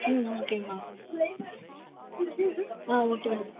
okay ma'am okay madam